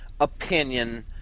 opinion